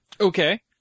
Okay